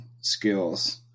skills